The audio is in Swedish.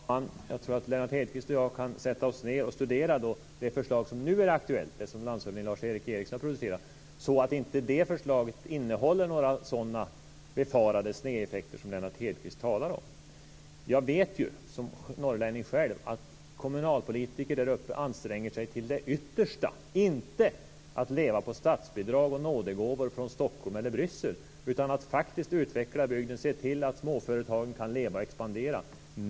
Fru talman! Jag tror att Lennart Hedquist och jag kan sätta oss ned och studera det förslag som nu är aktuellt, det som landshövding Lars Eric Ericsson har producerat, för att se till att inte det förslaget innehåller några sådana befarade snedeffekter som Lennart Hedquist talar om. Som norrlänning vet jag att kommunalpolitiker där uppe anstränger sig till det yttersta för att faktiskt utveckla bygden och se till att småföretagen kan leva och expandera så att man slipper leva på statsbidrag och nådegåvor från Stockholm eller Bryssel.